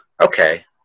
Okay